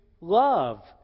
Love